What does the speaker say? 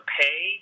pay